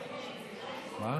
אדוני היושב-ראש, עשר דקות